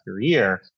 year